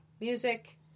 music